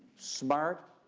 smart,